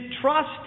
trust